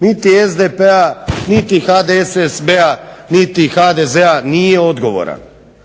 niti SDP-a, niti HDSSB-a, niti HDZ-a nije odgovoran